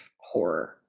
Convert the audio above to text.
horror